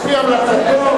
על-פי המלצתו של,